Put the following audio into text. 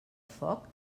foc